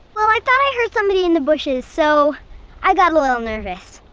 well, i thought i heard somebody in the bushes, so i got a little nervous.